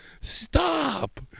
Stop